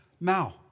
Now